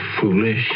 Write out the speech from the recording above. foolish